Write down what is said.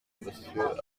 monsieur